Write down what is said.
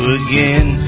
again